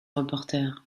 reporter